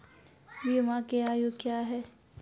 बीमा के आयु क्या हैं?